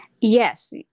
yes